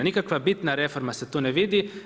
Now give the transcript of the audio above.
Nikakva bitna reforma se tu ne vidi.